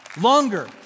longer